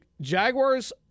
Jaguars